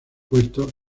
puesto